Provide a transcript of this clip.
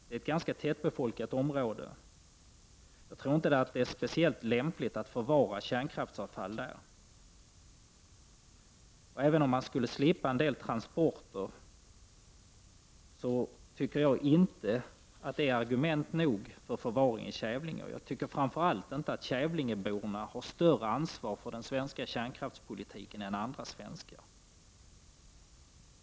Det är ett ganska tättbefolkat område. Jag tror inte att det är speciellt lämpligt att förvara kärnkraftsavfall där. Även om man skulle slippa en del transporter tycker jag inte att det är argument nog för förvaring i Kävlinge. Och jag tycker framför allt inte att kävlingeborna har större ansvar för den svenska kärnkraftspolitiken än andra svenskar.